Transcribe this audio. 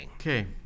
Okay